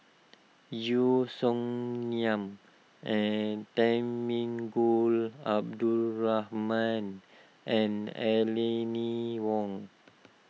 Yeo Song Nian and Temenggong Abdul Rahman and Aline Wong